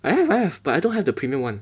I have I have but I don't have the premier one